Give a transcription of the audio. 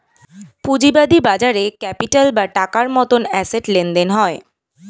পুঁজিবাদী বাজারে ক্যাপিটাল বা টাকার মতন অ্যাসেট লেনদেন হয়